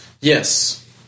Yes